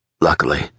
Luckily